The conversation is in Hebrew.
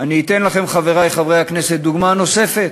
ואתן לכם, חברי חברי הכנסת, דוגמה נוספת.